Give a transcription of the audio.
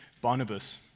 Barnabas